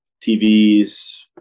TVs